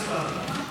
ולא סתם.